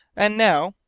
and now,